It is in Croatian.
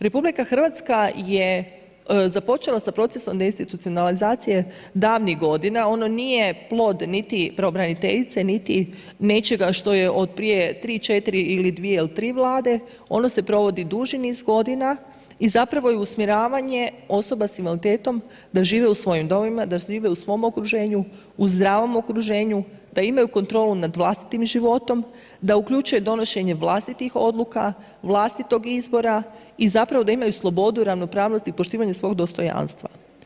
RH započela sa procesom deinstitucionalizacije davnih godina, ono nije plod niti pravobraniteljice niti nečega što je otprije 3, 4 ili 2 ili 3 Vlade, ono se provodi duži niz godina i zapravo je usmjeravanje osoba sa invaliditetom da žive u svojim domovima, da žive u svom okruženju, u zdravom okruženju, da imaju kontrolu nad vlastitim životom, da uključuje donošenje vlastitih odluka, vlastitog izbora i zapravo da imaju slobodu, ravnopravnost i poštivanje svog dostojanstva.